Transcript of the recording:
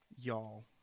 y'all